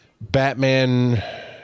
Batman